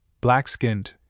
black-skinned